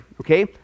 Okay